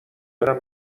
برم